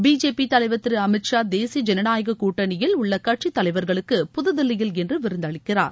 BJP தலைவர் திரு அமித் ஷா தேசிய ஜனநாயக கூட்டணியில் உள்ள கட்சித் தலைவர்களுக்கு புதுதில்லியில்இன்று விருந்தளிக்கிறார்